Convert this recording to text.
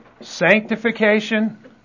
sanctification